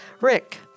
Rick